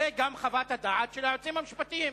זו גם חוות הדעת של היועצים המשפטיים.